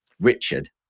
Richard